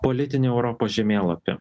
politinį europos žemėlapį